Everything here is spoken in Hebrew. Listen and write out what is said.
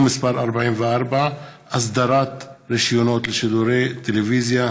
מס' 44) (אסדרת רישיונות לשידורי טלוויזיה),